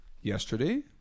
yesterday